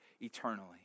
eternally